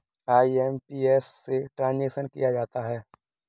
IMPS से transaction किया जाता है